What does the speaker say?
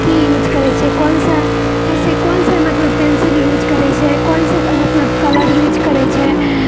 कि यूज करैत छै कोनसँ कैसे कोनसँ मतलब पेन्सिल यूज करैत छै कोनसँ मतलब कलर यूज करैत छै